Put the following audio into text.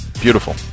Beautiful